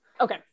Okay